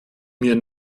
mir